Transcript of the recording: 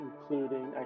including